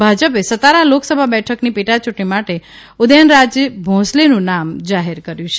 ભાજપે સતારા લોકસભા બેઠકની પેટાયૂંટણી માટે ઉદયનરાજે ભોંસલેનું નામ જાહેર કર્યું છે